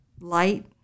light